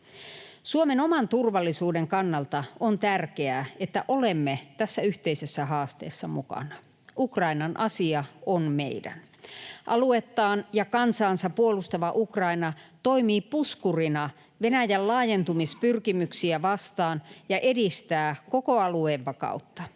Suomen oman turvallisuuden kannalta on tärkeää, että olemme tässä yhteisessä haasteessa mukana. Ukrainan asia on meidän. Aluettaan ja kansaansa puolustava Ukraina toimii puskurina Venäjän laajentumispyrkimyksiä vastaan ja edistää koko alueen vakautta.